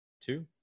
two